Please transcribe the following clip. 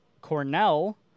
Cornell